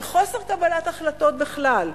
של חוסר קבלת החלטות בכלל.